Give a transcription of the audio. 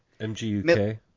MGUK